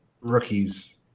rookies